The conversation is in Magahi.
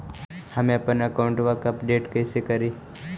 हमपन अकाउंट वा के अपडेट कैसै करिअई?